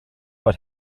but